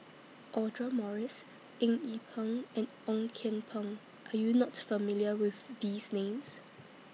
Audra Morrice Eng Yee Peng and Ong Kian Peng Are YOU not familiar with These Names